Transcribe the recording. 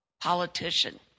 politician